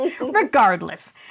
Regardless